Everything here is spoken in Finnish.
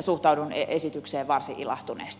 suhtaudun esitykseen varsin ilahtuneesti